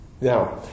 Now